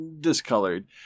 discolored